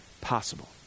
possible